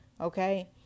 Okay